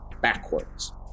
backwards